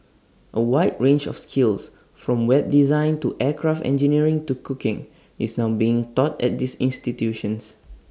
A wide range of skills from web design to aircraft engineering to cooking is now being taught at these institutions